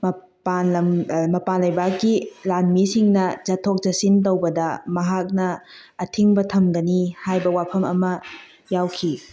ꯃꯄꯥꯜ ꯂꯩꯕꯥꯛꯀꯤ ꯂꯥꯟꯃꯤꯁꯤꯡꯅ ꯆꯠꯊꯣꯛ ꯆꯠꯁꯤꯟ ꯇꯧꯕꯗ ꯃꯍꯥꯛꯅ ꯑꯊꯤꯡꯕ ꯊꯝꯒꯅꯤ ꯍꯥꯏꯕ ꯋꯥꯐꯝ ꯑꯃ ꯌꯥꯎꯈꯤ